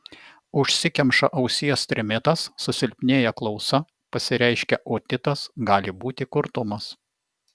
užsikemša ausies trimitas susilpnėja klausa pasireiškia otitas gali būti kurtumas